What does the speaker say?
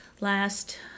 last